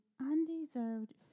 undeserved